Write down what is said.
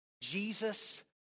Jesus